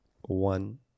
one